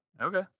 Okay